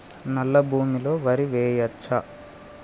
నల్లా భూమి లో వరి వేయచ్చా?